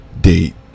date